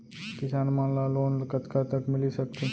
किसान मन ला लोन कतका तक मिलिस सकथे?